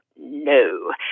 No